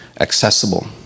accessible